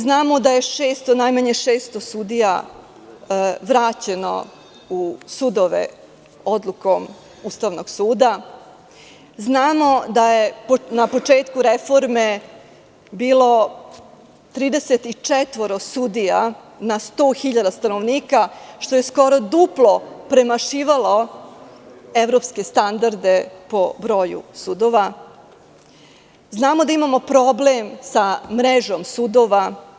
Znamo da je najmanje 600 sudija vraćeno u sudove odlukom Ustavnog suda, znamo da je na početku reforme bilo 34 sudija na 100 hiljada stanovnika, što je skoro duplo premašivalo evropske standarde po broju sudova, znamo da imamo problem sa mrežom sudova.